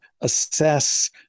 assess